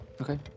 Okay